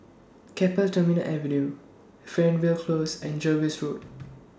Keppel Terminal Avenue Fernvale Close and Jervois Road